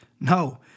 No